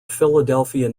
philadelphia